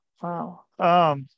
Wow